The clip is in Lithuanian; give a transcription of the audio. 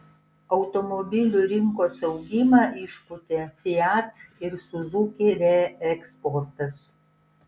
automobilių rinkos augimą išpūtė fiat ir suzuki reeksportas